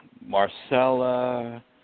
Marcella